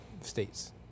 states